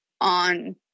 on